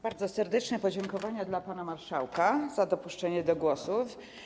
Bardzo serdeczne podziękowania dla pana marszałka za dopuszczenie do głosu.